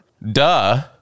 Duh